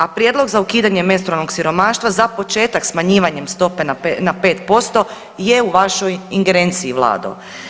A prijedlog za ukidanje menstrualnog siromaštva za početak smanjivanjem stope na 5% je u vašoj ingerenciji Vlado.